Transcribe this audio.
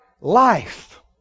life